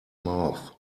mouth